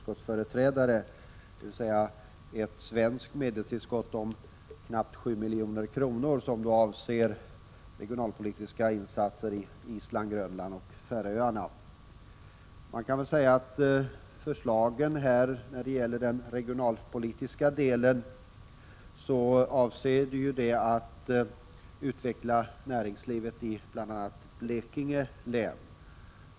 Det gäller alltså ett svenskt medeltillskott på knappt 7 milj.kr. för regionalpolitiska insatser på Island, Färöarna och Grönland. När det gäller den regionalpolitiska delen kan man väl säga att avsikten är att utveckla näringslivet i bl.a. Blekinge län.